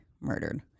murdered